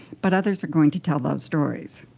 but others are going to tell those stories.